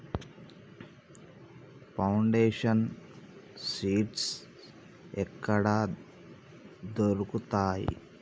Foundation seeds ఎక్కడ దొరుకుతాయి?